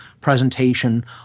presentation